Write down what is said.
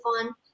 fun